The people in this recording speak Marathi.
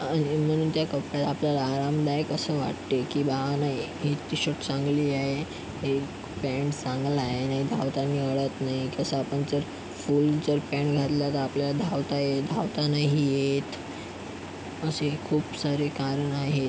आणि म्हणून त्या कपड्यात आपल्याला आरामदायक असं वाटते की बा नाही हे टीशर्ट चांगली आहे हे पँट चांगला आहे नी धावताने अडत नाही कसं आपण जर फूल जर पँट घातल्या तर आपल्याला धावता नाही येत असे खूप सारे कारण आहेत